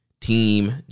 team